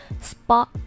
spot